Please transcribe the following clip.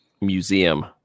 museum